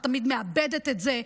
את תמיד מאבדת את זה,